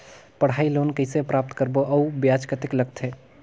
पढ़ाई लोन कइसे प्राप्त करबो अउ ब्याज कतेक लगथे?